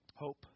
hope